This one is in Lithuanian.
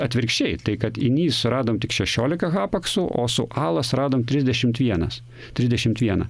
atvirkščiai tai kad inys suradom tik šešiolika hapaksų o su alas radom trisdešimt vienas trisdešimt vieną